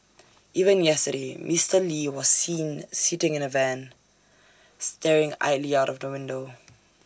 even yesterday Mister lee was seen sitting in the van staring idly out of the window